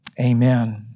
Amen